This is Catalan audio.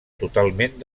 totalment